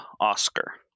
Oscar